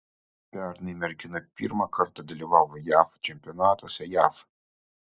pernai mergina pirmą kartą dalyvavo jav čempionatuose jav